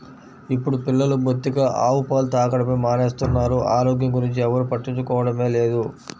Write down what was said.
ఇప్పుడు పిల్లలు బొత్తిగా ఆవు పాలు తాగడమే మానేస్తున్నారు, ఆరోగ్యం గురించి ఎవ్వరు పట్టించుకోవడమే లేదు